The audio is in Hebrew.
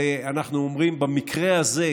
אנחנו אומרים שבמקרה הזה,